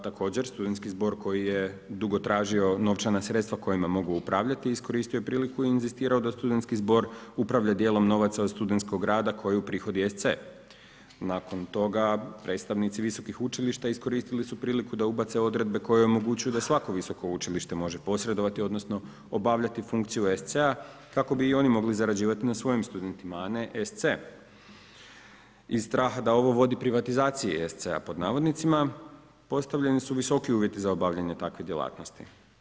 Također studentski zbog koji je dugo tražio novčana sredstva kojima mogu upravljati iskoristio je priliku i inzistirao da studentski zbor upravlja dijelom novaca od studentskog rada koju prihodi SC. Nakon toga predstavnici visokih učilišta iskoristili su priliku da ubace odredbe koje omogućuju da svako visoko učilište može posredovati odnosno obavljati funkciju SC-a kako bi i oni mogli zarađivati na svojim studentima a ne SC. Iz straha da ovo vodi privatizaciji SC-a pod navodnicima postavljeni su visoki uvjeti za obavljanje takve djelatnosti.